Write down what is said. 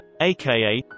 aka